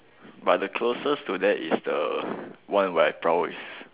but the closest to that is the one where I prowl with